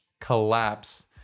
collapse